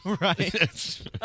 Right